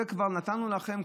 את זה כבר נתנו לכם,